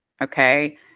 okay